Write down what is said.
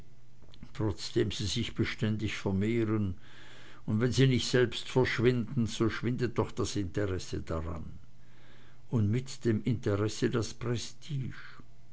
trotzdem sie sich beständig vermehren und wenn sie nicht selbst verschwinden so schwindet doch das interesse daran und mit dem interesse das